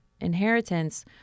inheritance